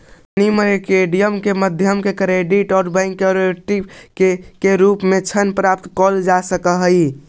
money market के माध्यम से क्रेडिट और बैंक ओवरड्राफ्ट के रूप में ऋण प्राप्त कैल जा सकऽ हई